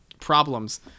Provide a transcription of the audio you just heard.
problems